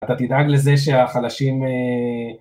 אתה תדאג לזה שהחלשים אה...?